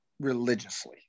religiously